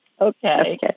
Okay